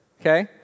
okay